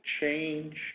change